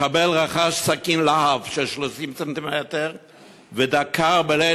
מחבל רכש סכין עם להב של 30 סנטימטר ודקר בליל